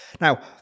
Now